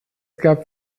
gab